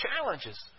challenges